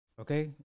Okay